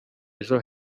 ejo